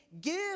Give